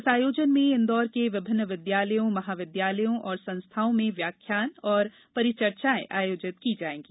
इस आयोजन में इंदौर के विभिन्न विद्यालयों महाविद्यालयों और संस्थाओं में व्याख्यान एवं परिचर्चाएं आयोजित की जाएँगी